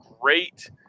great